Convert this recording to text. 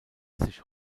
sich